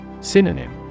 Synonym